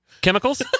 chemicals